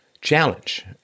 challenge